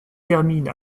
termine